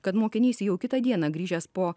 kad mokinys jau kitą dieną grįžęs po